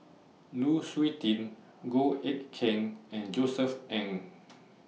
Lu Suitin Goh Eck Kheng and Josef Ng